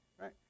right